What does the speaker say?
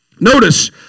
Notice